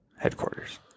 headquarters